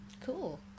Cool